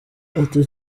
ati